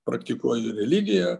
praktikuoju religiją